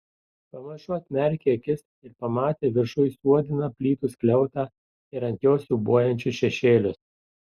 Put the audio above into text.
pamažu atmerkė akis ir pamatė viršuj suodiną plytų skliautą ir ant jo siūbuojančius šešėlius